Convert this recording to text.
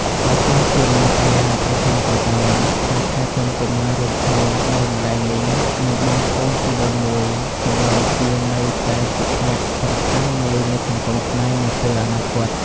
បើទោះជាមានបញ្ហាប្រឈមក៏ដោយ ការថែទាំកុមាររួមគ្នាដោយម្ដាយមីង និងបងប្អូនជីដូនមួយទំនងជានៅតែជាផ្នែកសំខាន់មួយនៃសង្គមខ្មែរនាពេលអនាគត។